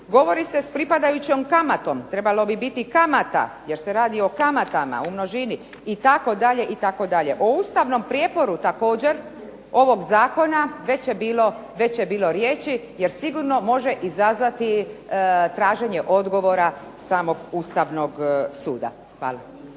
Govori se s pripadajućom kamatom, trebalo bi biti kamata jer se radi o kamatama u množini itd., itd. O ustavnom prijeporu također ovog zakona već je bilo riječi jer sigurno može izazvati traženje odgovora samog Ustavnog suda.